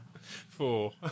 Four